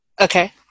Okay